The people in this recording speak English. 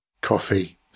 Coffee